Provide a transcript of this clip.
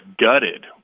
gutted